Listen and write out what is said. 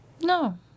No